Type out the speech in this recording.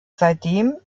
seitdem